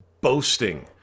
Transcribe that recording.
boasting